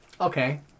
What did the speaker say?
Okay